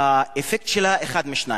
האפקט שלה הוא אחד משניים: